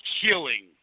killing